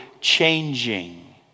changing